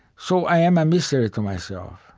so, i am a mystery to myself.